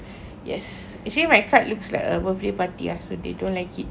yes actually my card looks like a birthday party ya so they don't like it